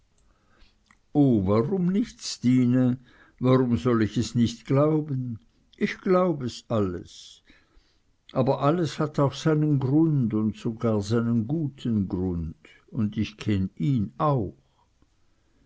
o warum nich stine warum soll ich es nich glauben ich glaub es alles aber alles hat auch seinen grund und sogar seinen guten grund und ich kenn ihn auch